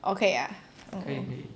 orh 可以 ah mm